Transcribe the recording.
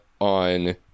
on